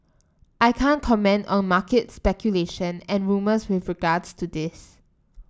I can't comment on market speculation and rumours with regards to this